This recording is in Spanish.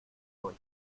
hoy